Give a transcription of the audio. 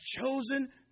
chosen